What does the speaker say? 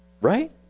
Right